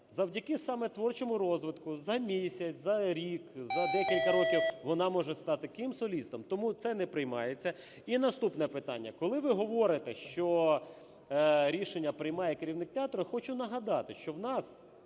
завдяки саме творчому розвитку за місяць, за рік, за декілька років вона може стати ким – солістом. Тому це не приймається. І наступне питання. Коли ви говорите, що рішення приймає керівник театру. Я хочу нагадати, що у нас